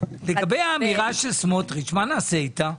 לגבי האמירה של סמוטריץ' מה נעשה איתה?